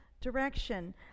direction